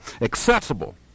accessible